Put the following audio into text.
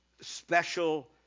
special